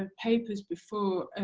ah papers before,